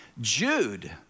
Jude